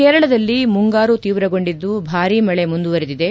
ಕೇರಳದಲ್ಲಿ ಮುಂಗಾರು ತೀವ್ರಗೊಂಡಿದ್ದು ಭಾರಿ ಮಳೆ ಮುಂದುವರೆದಿದೆ